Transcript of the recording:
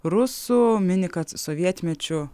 rusų mini kad sovietmečiu